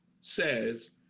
says